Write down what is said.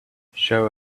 show